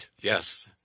Yes